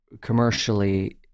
commercially